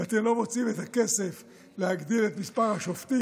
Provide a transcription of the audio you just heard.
ואתם לא מוצאים את הכסף להגדיל את מספר השופטים.